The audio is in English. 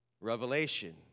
Revelation